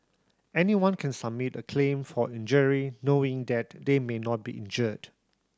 anyone can submit a claim for injury knowing that they may not be injured